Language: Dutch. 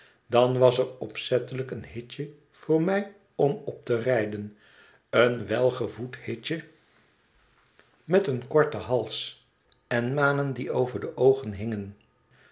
dan was er opzettelijk een hitje voor mij om op te rijden een welgevoed hitje met een korten hals en manen die het over de oogen hingen